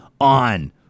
on